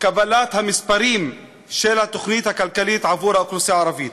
קבלת המספרים של התוכנית הכלכלית עבור האוכלוסייה הערבית.